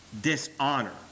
dishonor